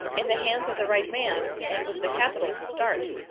in the hands of the right man, and with the capital to start.